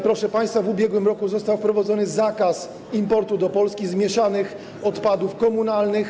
Proszę państwa, w ubiegłym roku został wprowadzony zakaz importu do Polski zmieszanych odpadów komunalnych.